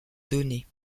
données